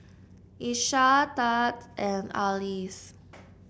Iesha Tads and Arlis